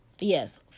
Yes